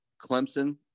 Clemson